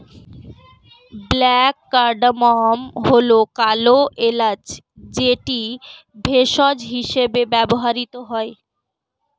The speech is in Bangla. ব্ল্যাক কার্ডামম্ হল কালো এলাচ যেটি ভেষজ হিসেবে ব্যবহৃত হয়